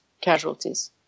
casualties